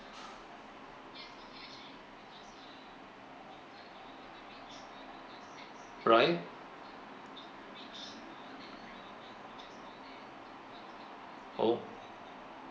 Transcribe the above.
right oh